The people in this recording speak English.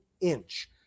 inch